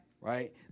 Right